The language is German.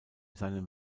seinem